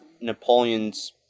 Napoleon's